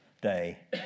Day